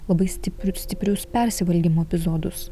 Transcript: labai stipriu stiprius persivalgymo epizodus